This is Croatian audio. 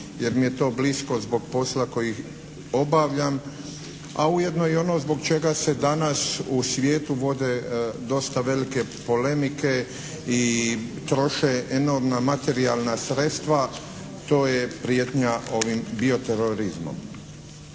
jer mi je to blisko zbog posla koji obavljam, a ujedno i ono zbog čega se danas u svijetu vode dosta velike polemike i troše enormna materijalna sredstva. To je prijetnja ovim bioterorizmom.